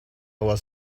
our